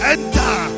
Enter